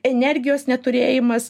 energijos neturėjimas